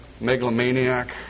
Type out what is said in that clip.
megalomaniac